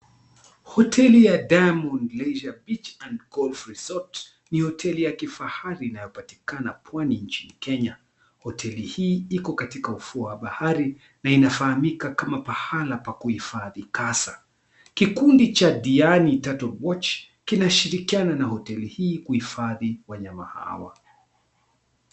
Hoteli ya Diamond Leisure Beach And Golf Resort ni hoteli ya kifahari inayopatikana Pwani nchini Kenya. Hoteli hii iko katika ufuo wa bahari na inafahamika kama pahala pa kuhifadhi kasa. Kikundi cha Diani Turtle Watch kinashirikiana na hoteli hii kuhifadhi wanyama hawa.